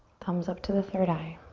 thumbs up to the third eye.